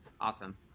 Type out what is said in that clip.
Awesome